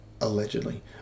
allegedly